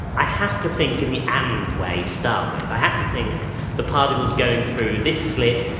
i have to think in the and way to start with. i have to think the particle is going through this slit,